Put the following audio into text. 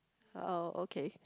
uh okay